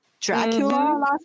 Dracula